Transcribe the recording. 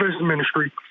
Ministry